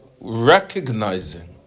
recognizing